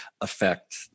affect